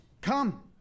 Come